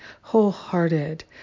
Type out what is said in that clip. wholehearted